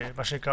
כמו שיושב כאן,